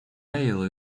male